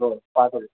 हो पाच हजार